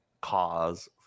cause